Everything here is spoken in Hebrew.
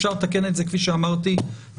אפשר לתקן את זה, כפי שאמרתי, בחקיקה.